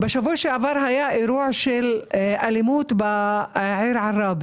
בשבוע שעבר היה אירוע של אלימות בעיר ---,